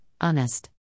honest